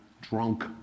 drunk